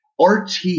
RT